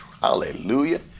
Hallelujah